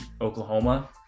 Oklahoma